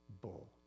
Bull